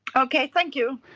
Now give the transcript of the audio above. okay, thank you.